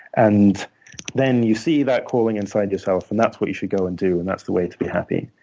and then you see that calling inside yourself, and that's what you should go and do, and that's the way to be happy.